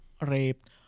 raped